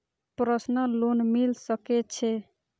Personal loan मिल सके छे?